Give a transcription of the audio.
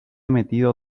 metido